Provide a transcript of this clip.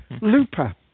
Looper